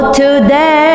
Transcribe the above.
today